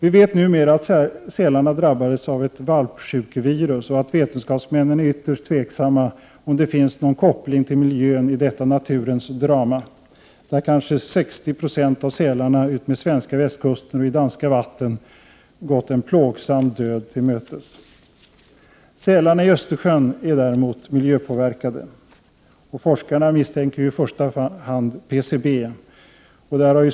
Vi vet numera att sälarna drabbades av ett valpsjukevirus och att vetenskapsmännen är ytterst tveksamma till om det finns någon koppling till miljön i detta naturens drama, där kanske 60 96 av sälarna utefter svenska västkusten och i danska vatten gått en plågsam död till mötes. Sälarna i Östersjön är däremot miljöpåverkade. Forskarna misstänker i första hand PCB som orsak till dessa skador.